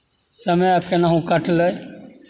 समय केनाहु कटलै